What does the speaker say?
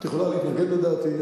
את יכולה להתנגד לדעתי,